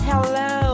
Hello